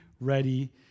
ready